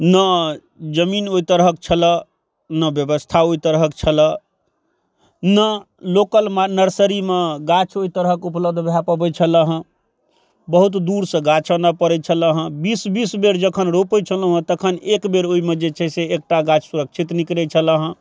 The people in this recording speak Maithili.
ने जमीन ओइ तरहक छलऽ ने व्यवस्था ओइ तरहक छलऽ ने लोकलमे नर्सरीमे गाछ ओइ तरहक उपलब्ध भए पबै छलै हँ बहुत दूरसँ गाछ आनऽ पड़ै छलऽ हँ बीस बीस बेर जखन रोपै छलौहँ तखन एकबेर ओइमे जे छै से एकटा गाछ सुरक्षित निकलै छल हँ